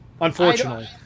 Unfortunately